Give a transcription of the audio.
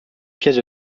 pièces